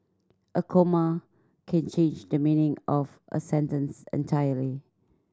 a comma can change the meaning of a sentence entirely